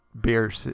beer